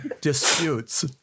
disputes